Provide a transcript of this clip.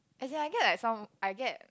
as in I get like some I get